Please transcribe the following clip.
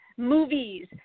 Movies